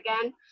again